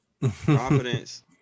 Confidence